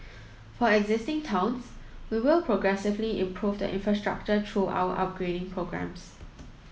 for existing towns we will progressively improve the infrastructure through our upgrading programmes